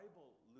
Bible